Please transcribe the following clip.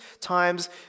times